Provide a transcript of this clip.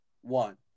One